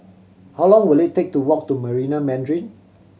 how long will it take to walk to Marina Mandarin